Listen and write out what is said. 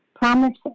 Promise